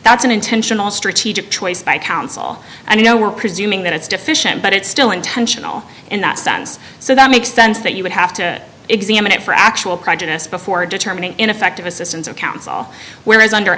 that's an intentional strategic choice by counsel and you know we're presuming that it's deficient but it's still intentional in that sense so that makes sense that you would have to examine it for actual practice before determining ineffective assistance of counsel whereas under